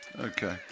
Okay